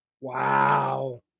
Wow